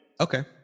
Okay